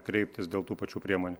kreiptis dėl tų pačių priemonių